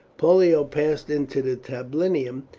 pollio passed into the tablinum,